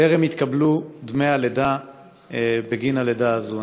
טרם התקבלו דמי הלידה בגין הלידה הזאת.